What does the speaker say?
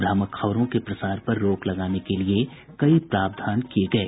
भ्रामक खबरों के प्रसार पर रोक लगाने के लिये कई प्रावधान किये गये